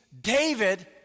David